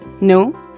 No